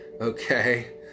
Okay